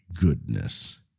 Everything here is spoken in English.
goodness